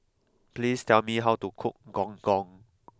please tell me how to cook Gong Gong